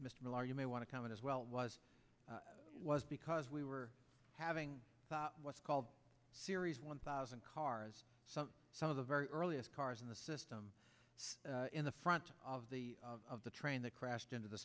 mr miller you may want to come in as well was it was because we were having what's called series one thousand car as some of the very earliest cars in the system in the front of the of the train that crashed into the